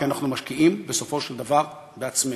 כי אנחנו משקיעים בסופו של דבר בעצמנו.